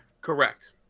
Correct